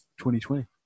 2020